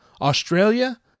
Australia